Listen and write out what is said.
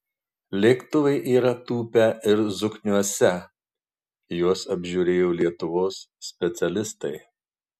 lėktuvai yra tūpę ir zokniuose juos apžiūrėjo lietuvos specialistai